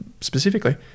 specifically